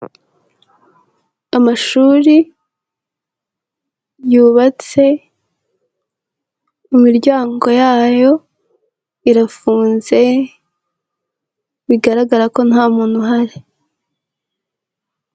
Amashuri yubatse, imiryango yayo irafunze, bigaragara ko nta muntu uhari.